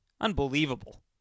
unbelievable